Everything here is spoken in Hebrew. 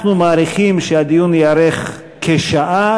אנחנו מעריכים שהדיון יארך כשעה.